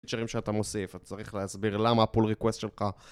פיצ'רים שאתה מוסיף, את צריך להסביר למה ה-pull request שלך...